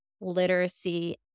literacy